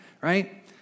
Right